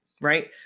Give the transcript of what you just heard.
right